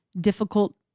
difficult